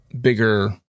bigger